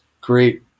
great